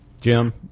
Jim